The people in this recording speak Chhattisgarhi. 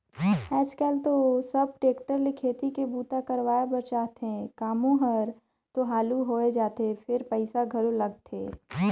आयज कायल तो सब टेक्टर ले खेती के बूता करवाए बर चाहथे, कामो हर तो हालु होय जाथे फेर पइसा घलो लगथे